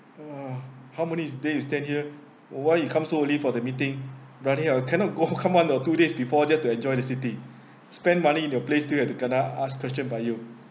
ah how many days you stand here why you come so early for the meeting funny orh cannot go come one or two days before just to enjoy the city spend money in your place still have to kena ask question by you